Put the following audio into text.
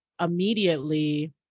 immediately